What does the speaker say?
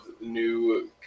new